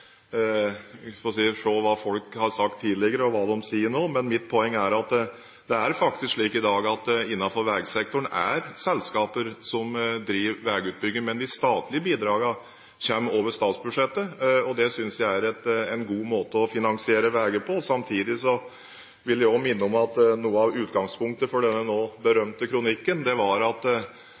hva de sier nå. Mitt poeng er at det i dag faktisk er slik at det innenfor veisektoren er selskaper som driver med veiutbygging, men de statlige bidragene kommer over statsbudsjettet, og det synes jeg er en god måte å finansiere veier på. Samtidig vil jeg også minne om at noe av utgangspunktet for denne nå berømte kronikken var at dette var før regjeringen la fram sitt forslag til Nasjonal transportplan, og det var